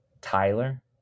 Tyler